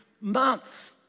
month